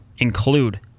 include